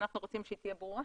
אנחנו רוצים שהיא תהיה ברורה,